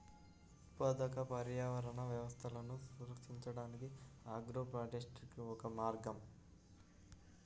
ఉత్పాదక పర్యావరణ వ్యవస్థలను సంరక్షించడానికి ఆగ్రోఫారెస్ట్రీ ఒక మార్గం